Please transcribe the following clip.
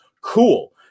Cool